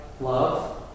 love